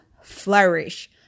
flourish